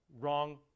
wrong